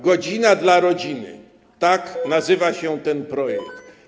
Godzina dla rodziny - tak nazywa się ten projekt.